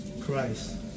Christ